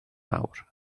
awr